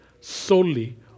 solely